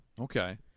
okay